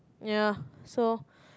ya so